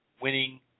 winning